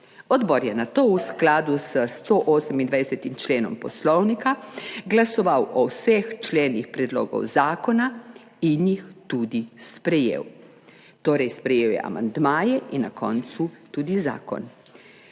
Odbor je nato v skladu s 128. členom Poslovnika glasoval o vseh členih predlogov zakona in jih tudi sprejel. Torej, sprejel je amandmaje in na koncu tudi zakon.